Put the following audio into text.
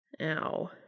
Ow